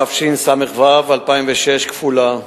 התשס"ו 2006, כפולה: